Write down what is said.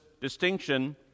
distinction